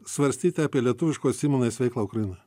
svarstyti apie lietuviškos įmonės veiklą ukrainoje